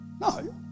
No